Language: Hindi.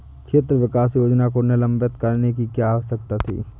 क्षेत्र विकास योजना को निलंबित करने की क्या आवश्यकता थी?